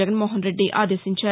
జగన్మోహన్రెడ్డి ఆదేశించారు